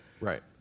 right